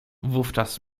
wówczas